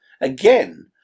Again